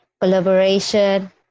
collaboration